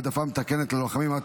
העדפה מתקנת ללוחמים),